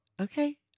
Okay